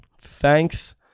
thanks